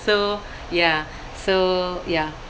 so ya so ya